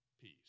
peace